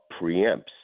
preempts